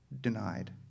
denied